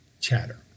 chatter